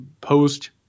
post